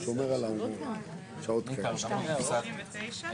מי בעד ההסתייגויות של קבוצת יש עתיד ירים את ידו?